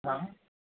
हा